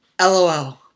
LOL